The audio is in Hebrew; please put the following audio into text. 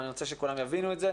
אבל אני רוצה שכולם יבינו את זה.